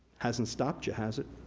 hasn't stopped you, has it?